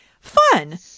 fun